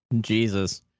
Jesus